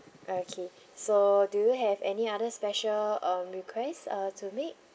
okay so do you have any other special um requests uh to make